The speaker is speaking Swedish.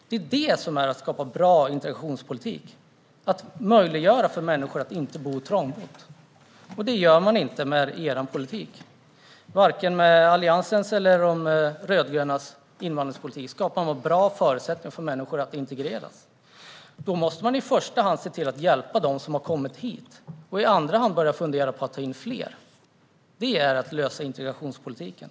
Det är det som är att skapa bra integrationspolitik. Det handlar om att möjliggöra för människor att inte bo trångt. Det gör man inte med er politik. Varken med Alliansens eller med de rödgrönas invandringspolitik skapas det bra förutsättningar för människor att integreras. Då måste man i första hand se till att hjälpa dem som har kommit hit och i andra hand börja fundera på att ta in fler. Det är att lösa integrationspolitiken.